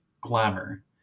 glamour